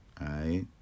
right